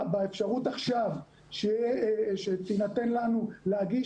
באפשרות שתינתן לנו עכשיו להגיש,